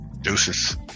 Deuces